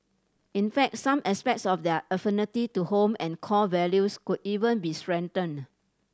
in fact some aspects of their affinity to home and core values could even be strengthened